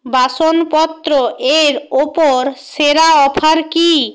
বাসনপত্র এর ওপর সেরা অফার কী